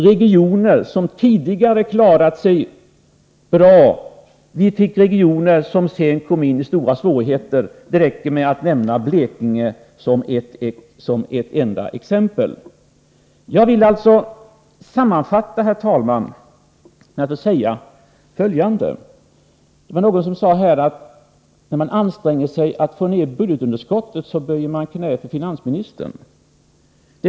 Regioner som tidigare klarat sig bra fick stora svårigheter. Det räcker med att nämna Blekinge som ett enda exempel. Jag vill sammanfatta, herr talman, med att säga följande. Det var någon som tidigare sade: När man anstränger sig för att få ned budgetunderskottet, böjer man knä för finansministern.